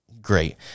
great